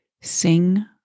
sing